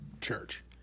church